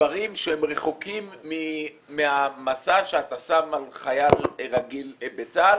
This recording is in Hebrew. דברים שהם רחוקים מהמשא שאתה שם על חייל רגיל בצה"ל